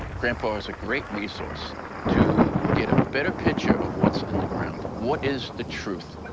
grandpa is a great resource to get a better picture of what's in the ground. what is the truth?